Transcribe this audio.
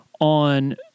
on